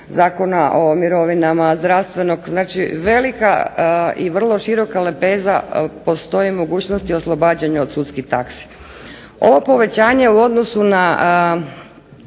Zakona o mirovinama, zdravstvenog, znači velika i vrlo široka lepeza postoji mogućnosti oslobađanja od sudskih taksi. Ovo povećanje u odnosu na